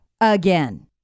again